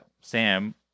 Sam